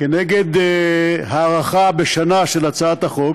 נגד הארכה בשנה של הצעת החוק,